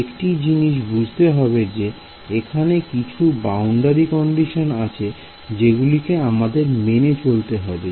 একটি জিনিস বুঝতে হবে যে এখানে কিছু বাউন্ডারি কন্ডিশন আছে যেগুলিকে আমাদের মেনে চলতে হবে